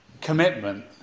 commitment